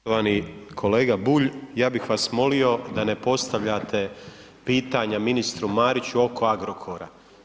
Poštovani kolega Bulj ja bih vas molio da ne postavljate pitanja ministru Mariću oko Agrokora.